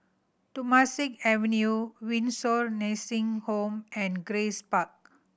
Temasek Avenue Windsor Nursing Home and Grace Park